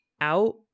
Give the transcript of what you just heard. out